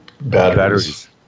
Batteries